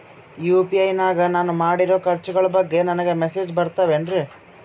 UPI ನಾಗ ನಾನು ಮಾಡಿರೋ ಖರ್ಚುಗಳ ಬಗ್ಗೆ ನನಗೆ ಮೆಸೇಜ್ ಬರುತ್ತಾವೇನ್ರಿ?